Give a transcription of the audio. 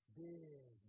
big